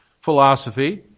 philosophy